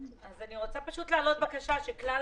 אז אני רוצה פשוט להעלות בקשה שכלל